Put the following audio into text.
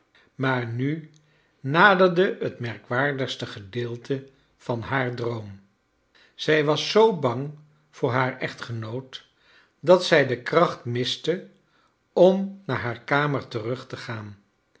maar nu naderde het merkwaardigste gedeelte van haar droom zij was zoo bang voor haar echtgenoot dat zij de kracht miste om naar haar kamer terug te gaan